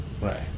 right